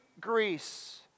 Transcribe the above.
Greece